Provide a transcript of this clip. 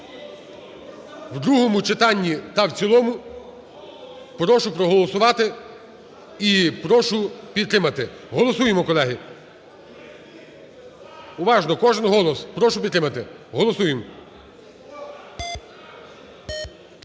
в другому читанні та в цілому прошу проголосувати і прошу підтримати. Голосуємо, колеги! Уважно, кожен голос. Прошу підтримати! Голосуємо.